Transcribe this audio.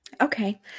Okay